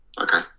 okay